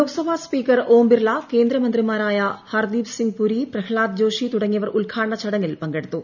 Lok Sabha speaker Om Birla കേന്ദ്ര മന്ത്രിമാരായ ഹർദീപ്സിങ് പുരി പ്രഹ്താദ് ജോഷി തുടങ്ങിയവർ ഉദ്ഘാടന ചടങ്ങിൽ പങ്കെടുത്തു